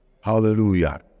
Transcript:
hallelujah